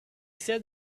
said